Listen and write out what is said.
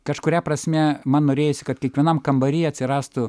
kažkuria prasme man norėjosi kad kiekvienam kambary atsirastų